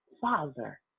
Father